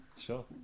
sure